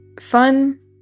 fun